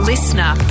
Listener